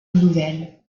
nouvelle